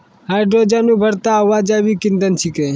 hydrogen उभरता हुआ जैविक इंधन छिकै